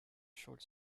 short